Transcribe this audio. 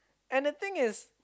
and the thing is